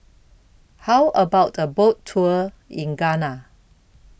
How about A Boat Tour in Ghana